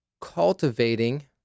cultivating